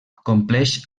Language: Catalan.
compleix